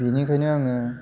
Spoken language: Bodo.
बिनिखायनो आङो